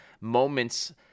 moments